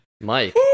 Mike